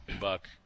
buck